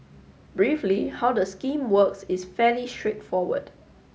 briefly how the scheme works is fairly straightforward